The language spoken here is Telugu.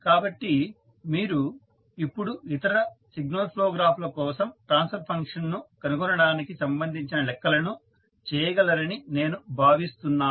కాబట్టి మీరు ఇప్పుడు ఇతర సిగ్నల్ ఫ్లో గ్రాఫ్ల కోసం ట్రాన్స్ఫర్ ఫంక్షన్ను కనుగొనటానికి సంబంధించిన లెక్కలను చేయగలరని నేను భావిస్తున్నాను